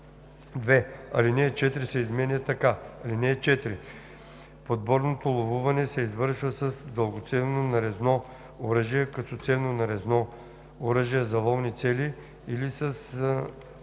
Алинея 4 се изменя така: „(4) Подборното ловуване се извършва с дългоцевно нарезно ловно оръжие, късоцевно нарезно оръжие за ловни цели или с